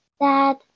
Dad